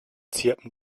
zirpen